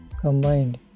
combined